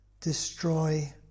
destroy